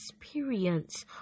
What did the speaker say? experience